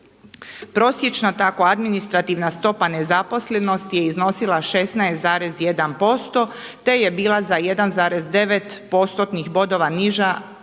Prosječna tako administrativna stopa nezaposlenosti je iznosila 16,1% te je bila za 1,9 postotnih